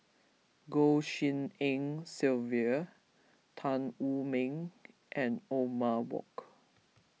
Goh Tshin En Sylvia Tan Wu Meng and Othman Wok